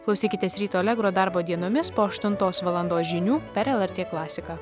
klausykitės ryto allegro darbo dienomis po aštuntos valandos žinių per lrt klasiką